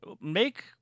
make